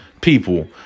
people